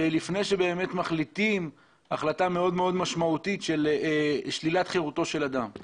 לפני שמחליטים החלטה מאוד מאוד משמעותית שהיא שלילת חירותו של אדם.